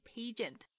Pageant